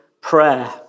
prayer